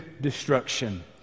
destruction